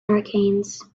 hurricanes